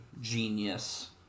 genius